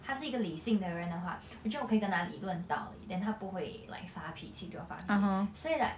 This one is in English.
他是一个理性的人的话我觉得我可以跟他理论道理 then 他不会 like 发脾气对我发脾气所以 like